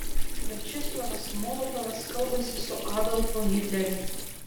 viačeslavas molotovas kalbasi su adolfu hitleriu